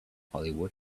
hollywood